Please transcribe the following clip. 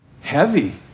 heavy